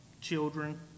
children